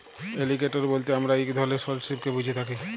alligator বইলতে আমরা ইক ধরলের সরীসৃপকে ব্যুঝে থ্যাকি